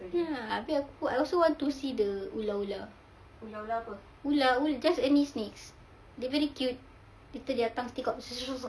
abeh aku I also want to see the ular-ular ular just any snakes they very cute they stick their tongue